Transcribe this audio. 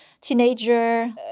teenager